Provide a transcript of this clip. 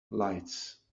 lights